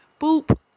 Boop